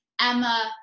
Emma